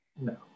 No